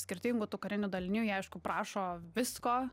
skirtingų tų karinių dalinių jie aišku prašo visko